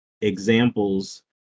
examples